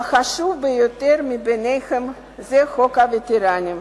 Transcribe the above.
החשוב ביותר מביניהם הוא חוק הווטרנים.